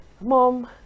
Mom